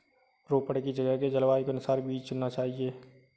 रोपड़ की जगह के जलवायु के अनुसार बीज चुनना चाहिए